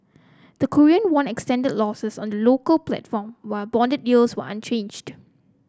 the Korean won extended losses on the local platform while bond yields were unchanged